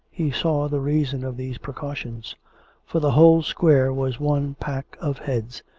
he saw the reason of these precautions for the whole square was one pack of heads,